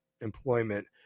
employment